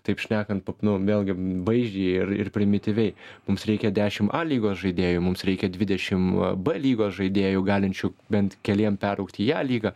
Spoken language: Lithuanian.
taip šnekant pop nu vėlgi vaizdžiai ir ir primityviai mums reikia dešim a lygos žaidėjų mums reikia dvidešim b lygos žaidėjų galinčių bent keliem peraugt į a lygą